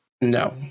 no